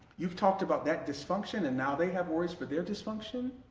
you've talked about that dysfunction and now they have words for their dysfunction,